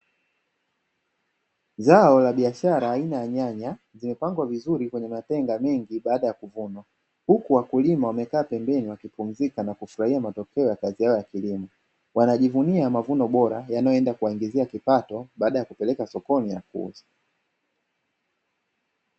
Zao la biashara aina ya nyanya, zimepangwa vizuri kwenye matenga mengi baada ya kuvunwa, huku wakulima wamekaa pembeni wakipumzika na kufurahia matokeo kazi yao ya kilimo, wanajivunia mavuno bora yanayoenda kuwaingizia kipato baada ya kupeleka sokoni kuuza.